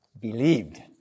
believed